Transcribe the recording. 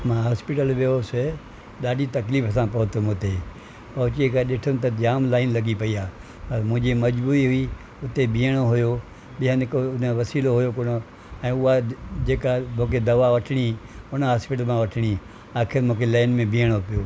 मां हॉस्पिटल वियोसीं ॾाढी तकलीफ़ सां पहुतमि हुते पहुची करे ॾिठुमि त जाम लाइन लॻी पई आहे पर मुंहिंजी मज़बूरी हुई हुते बीहणो हुओ ॿियनि को न वसीलो हुओ ऐं उहा जेका मूंखे दवा वठिणी उन हॉस्पिटल मां वठिणी आख़िरि मूंखे लाइन में बीहणो पियो